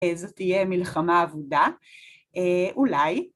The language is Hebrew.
אה, זו תהיה מלחמה אבודה. אה, אולי.